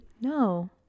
no